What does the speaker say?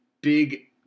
Big